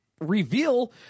reveal